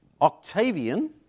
Octavian